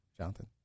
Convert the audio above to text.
Jonathan